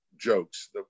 jokes